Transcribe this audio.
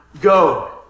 go